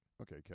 Okay